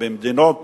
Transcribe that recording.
במדינות